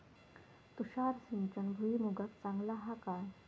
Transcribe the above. तुषार सिंचन भुईमुगाक चांगला हा काय?